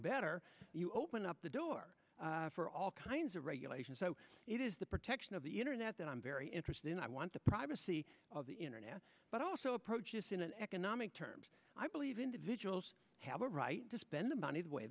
better you open up the door for all kinds of regulations so it is the protection of the internet that i'm very interested in i want the privacy of the internet but also approaches in economic terms i believe individuals have a right to spend the money the way